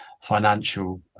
financial